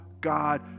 God